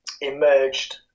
emerged